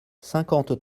cinquante